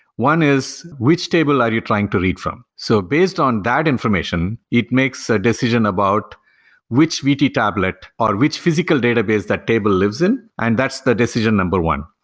one is which table are you trying to read from? so based on that information, it makes a decision about which vt tablet, or which physical database that table lives in and that's the decision number one.